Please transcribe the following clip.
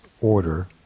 order